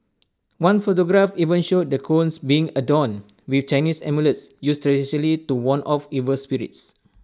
one photograph even showed the cones being adorn with Chinese amulets used traditionally to ward off evil spirits